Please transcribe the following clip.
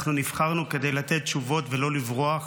אנחנו נבחרנו כדי לתת תשובות, ולא לברוח.